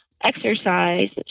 exercise